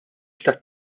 tat